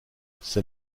ces